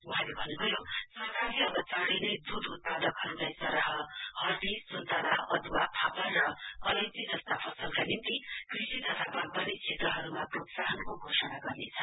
वहाँले भन्नुभयो सरकार अव चाँडै नै दूध उत्पादहरुलाई सरह हर्दीसुन्तला अदुवाफापर र अलैची जस्ता फसलका निम्ति कृषि तथा बाग्वानी क्षेत्रहरुमा प्रोत्साहनको घोषणा गर्नेछ